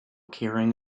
carrying